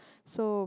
so